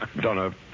Donna